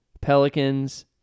Pelicans